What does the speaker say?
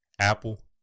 Apple